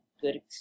Good